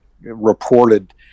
reported